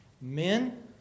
Men